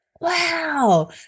wow